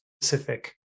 specific